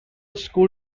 school